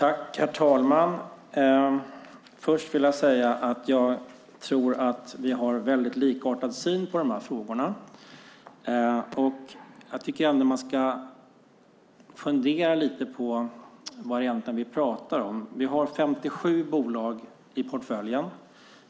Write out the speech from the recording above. Herr talman! Först vill jag säga att jag tror att vi har en likartad syn på dessa frågor. Jag tycker ändå att man ska fundera lite på vad det egentligen är som vi pratar om. Vi har 57 bolag i portföljen.